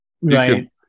Right